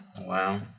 Wow